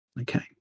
okay